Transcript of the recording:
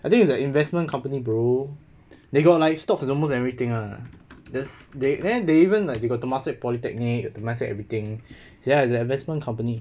I think it's like investment company bro they got like stocks and almost everything ah there's they neh they even like they got temasek polytechnic temasek everything ya it's the investment company